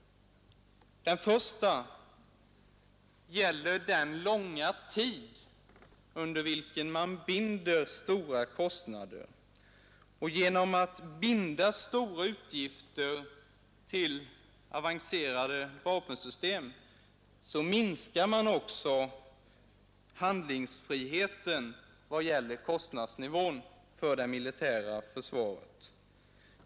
Den första gäller den långa tid för vilken man binder kostnader. Genom att binda stora utgifter till avancerade vapensystem minskar man handlingsfriheten vad det gäller kostnadsnivån för det militära försvaret.